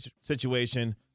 situation